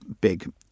big